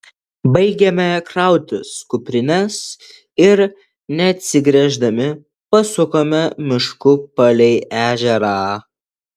baigėme krautis kuprines ir neatsigręždami pasukome mišku palei ežerą